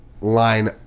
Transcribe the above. line